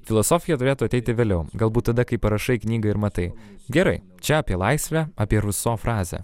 filosofija turėtų ateiti vėliau galbūt tada kai parašai knygą ir matai gerai čia apie laisvę apie ruso frazę